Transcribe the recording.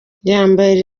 yambaye